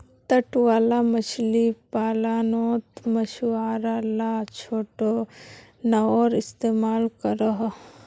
तट वाला मछली पालानोत मछुआरा ला छोटो नओर इस्तेमाल करोह